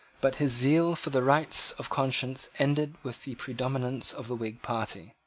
but his zeal for the rights of conscience ended with the predominance of the whig party.